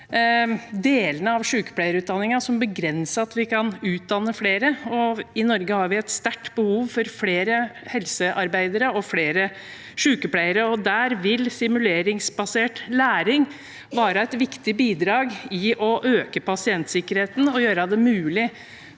delene av sykepleierutdanningen som begrenser at vi kan utdanne flere. I Norge har vi et sterkt behov for flere helsearbeidere og flere sykepleiere, og der vil simuleringsbasert læring være et viktig bidrag i å øke pasientsikkerheten og gjøre det mulig